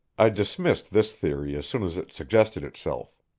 i dismissed this theory as soon as it suggested itself.